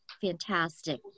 fantastic